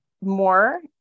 more